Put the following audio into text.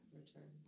return